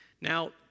Now